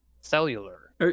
cellular